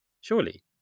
Surely